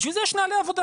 בשביל זה יש נהלי עבודה.